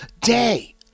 day